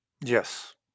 Yes